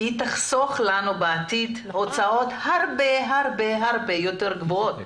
היא תחסוך לנו בעתיד הוצאות הרבה הרבה הרבה יותר גבוהות.